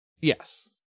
Yes